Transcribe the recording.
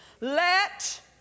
Let